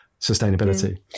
sustainability